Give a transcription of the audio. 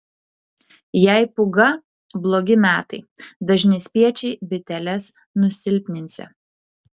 jei pūga blogi metai dažni spiečiai biteles nusilpninsią